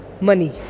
money